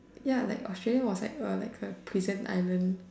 ya like Australia was like a like a prison island